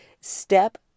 step